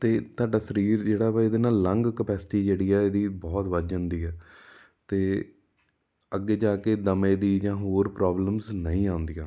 ਅਤੇ ਤੁਹਾਡਾ ਸਰੀਰ ਜਿਹੜਾ ਵਾ ਇਹਦੇ ਨਾਲ ਲੰਘ ਕਪੈਸਿਟੀ ਜਿਹੜੀ ਆ ਇਹਦੀ ਬਹੁਤ ਵੱਧ ਜਾਂਦੀ ਹੈ ਅਤੇ ਅੱਗੇ ਜਾ ਕੇ ਦਮੇ ਦੀ ਜਾਂ ਹੋਰ ਪ੍ਰੋਬਲਮਜ ਨਹੀਂ ਆਉਂਦੀਆਂ